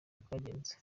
bwagenze